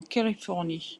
californie